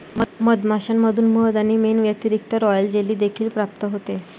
मधमाश्यांमधून मध आणि मेण व्यतिरिक्त, रॉयल जेली देखील प्राप्त होते